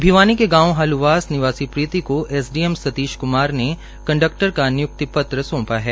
भिवानी के गांव हालुवास निवासी प्रीति को एसडीएम सतीश कुमार ने कंडक्टर का नियुक्ति पत्र सौंपा है